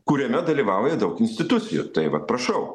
kuriame dalyvauja daug institucijų taip vat prašau